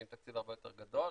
שהיא עם תקציב הרבה יותר גדול,